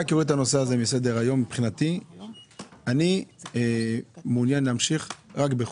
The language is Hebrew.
רק אוריד את הנושא הזה מסדר היום: מבחינתי אני מעוניין להמשיך רק בחוק.